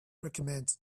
recommended